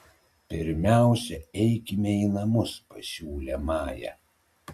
pirmiausia eikime į namus pasiūlė maja